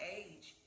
age